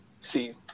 See